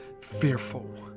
fearful